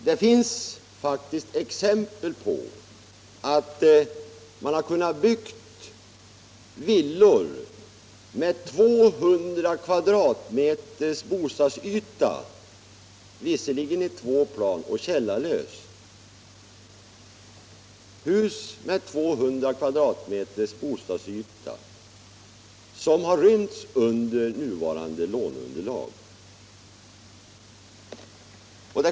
Det finns exempel på att man byggt villor med 200 m” bostadsyta — låt vara att det varit fråga om källarlösa byggnader i två plan — som rymts inom nuvarande låneunderlag.